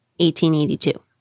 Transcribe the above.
1882